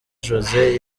josée